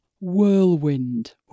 Whirlwind